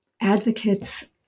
advocates